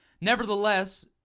Nevertheless